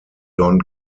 don